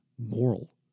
moral